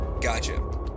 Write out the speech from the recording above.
Gotcha